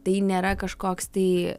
tai nėra kažkoks tai